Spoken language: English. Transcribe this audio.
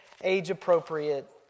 age-appropriate